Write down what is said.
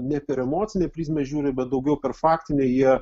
ne per emocinę prizmę žiūri bet daugiau per faktinę jie